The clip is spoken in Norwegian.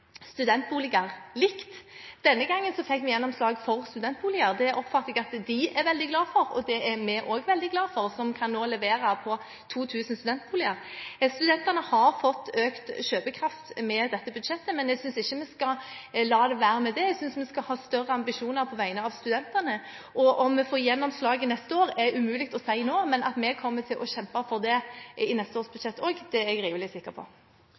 studentboliger likt. Denne gangen fikk vi gjennomslag for studentboliger. Jeg oppfatter det slik at det er de veldig glad for. Veldig glad for det er også vi, som nå kan levere 2 000 studentboliger. Studentene har fått økt kjøpekraft med dette budsjettet, men jeg synes ikke vi skal la det være med det. Jeg synes vi skal ha større ambisjoner på vegne av studentene. Om vi får gjennomslag neste år, er umulig å si nå, men at vi kommer til å kjempe for dette også i neste års budsjett, er jeg rimelig sikker på.